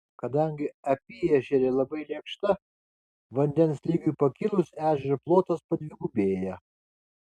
kadangi apyežerė labai lėkšta vandens lygiui pakilus ežero plotas padvigubėja